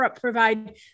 provide